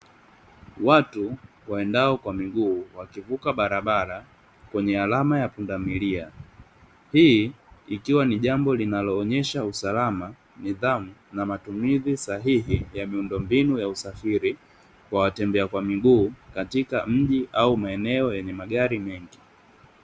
Watu waendao kwa miguu wakivuka barabara kwenye alama ya pundamilia. Hii ikiwa ni jambao linaloonyesha usalama, nidhamu na matumizi sahihi ya miundombinu ya usafiri kwa watembea kwa miguu katika mji au maeneo yenye magari mengi.